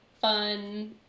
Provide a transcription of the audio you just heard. fun